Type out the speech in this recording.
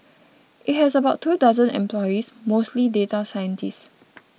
it has about two dozen employees mostly data scientists